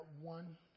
one